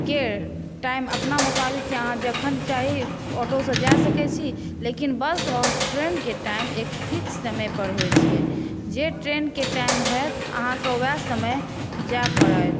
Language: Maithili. के टाइम अपन मुताबिक अहाँ जखन चाही ऑटोसँ जा सकै छी लेकिन बस आओर ट्रेनके टाइम एक फिक्स समय पर होइ छै जे ट्रेनकेँ टाइम होयत अहाँकेँ वएह समय जाए पड़त